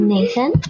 Nathan